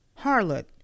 harlot